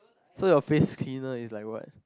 so your face cleaner is like what